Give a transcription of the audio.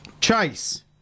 Chase